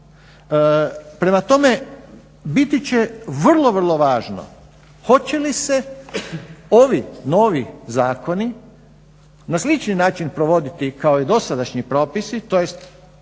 Prema tome, biti će vrlo vrlo važno hoće li se ovi novi zakoni na sličan način provoditi kao i dosadašnji propisi tj.